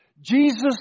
Jesus